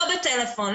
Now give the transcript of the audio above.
לא בטלפון,